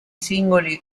singoli